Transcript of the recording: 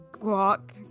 walk